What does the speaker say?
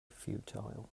futile